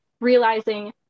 realizing